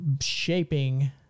shaping